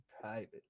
private